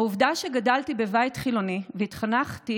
העובדה שגדלתי בבית חילוני והתחנכתי